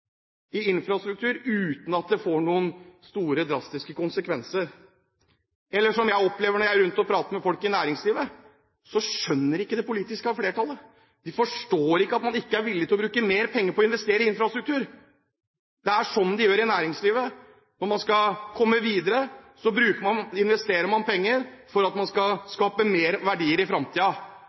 i infrastruktur uten at det får noen store, drastiske konsekvenser. Eller som jeg opplever når jeg er rundt og prater med folk i næringslivet: De skjønner ikke det politiske flertallet. De forstår ikke at man ikke er villig til å bruke mer penger på å investere i infrastruktur. Det er sånn de gjør det i næringslivet. Når de skal komme videre, investerer de penger for å skape mer verdier i